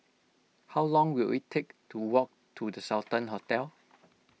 how long will it take to walk to the Sultan Hotel